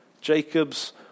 Jacob's